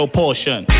portion